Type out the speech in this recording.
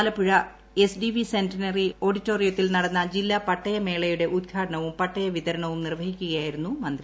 Alappuzha S D V centenary ഓഡ്കിറ്റോറിയത്തിൽ നടന്ന ജില്ലാ പട്ടയ മേളയുടെ ഉദ്ഘാടനവും പട്ടയ വിതരണപ്പൂടി നിർവഹിക്കുകയായിരുന്നു മന്ത്രി